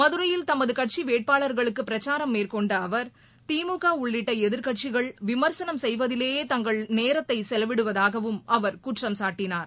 மதுரையில் தமதுகட்சிவேட்பாளர்களுக்குபிரக்காரம் மேற்கொண்டஅவர் திமுகஉள்ளிட்ட எதிர்க்கட்சிகள் விமர்சனம் செய்வதிலேயே தங்களதுநேரத்தைசெலவிடுவதாகவும் அவர் குற்றம் சாட்டினார்